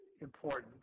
important